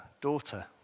daughter